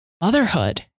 motherhood